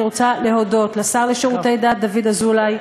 אני רוצה להודות לשר לשירותי דת דוד אזולאי,